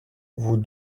vous